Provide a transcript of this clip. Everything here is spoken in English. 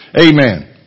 Amen